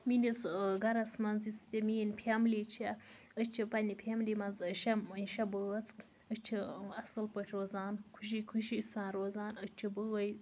میٛٲنِس گرَس منٛز یُس تہِ میٛٲنۍ فیملی چھےٚ أسۍ چھِ پَنٕنہِ فیملی منٛز شیٚے شیٚے بٲژٕ أسۍ چھِ اَصٕل پٲٹھۍ روزان خُشی خُشی سان روزان أسۍ چھِ بٲے